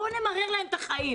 בוא נמרר להם את החיים.